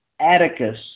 Atticus